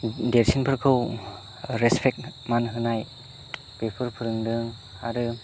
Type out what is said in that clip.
देरसिनफोरखौ respect मान होनाय बेफोर फोरोंदों आरो